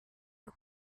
are